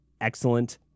excellent